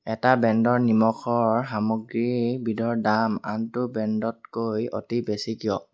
এটা ব্ৰেণ্ডৰ নিমখৰ সামগ্ৰীবিধৰ দাম আনটো ব্ৰেণ্ডতকৈ অতি বেছি কিয়